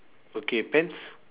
okay pants